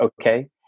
okay